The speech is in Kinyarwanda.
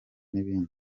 n’ibindi